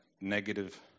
negative